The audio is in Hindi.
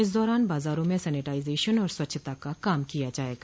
इस दौरान बाजारों में सैनिटाइजेशन और स्वच्छता का काम किया जायेगा